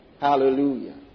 Hallelujah